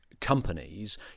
companies